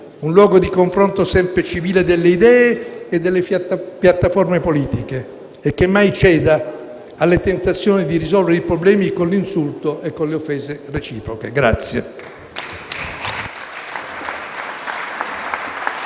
un luogo di confronto sempre civile delle idee e delle piattaforme politiche e che mai ceda alle tentazioni di risolvere i problemi con l'insulto e con le offese reciproche.